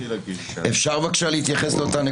אפשר להתייחס לאותה הנקודה?